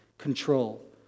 control